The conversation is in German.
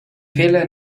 fehler